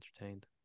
entertained